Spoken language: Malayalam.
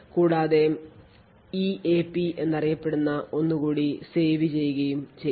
കൂടാതെ എഇപി എന്നറിയപ്പെടുന്ന ഒന്നുകൂടി save ചെയ്യുകയും ചെയ്യും